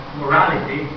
morality